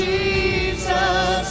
Jesus